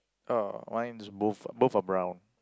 orh mine is both both are brown